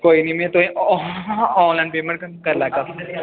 कोई नेईं मैं तुसें आनलाइन पेमेंट करी लैगा